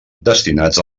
destinats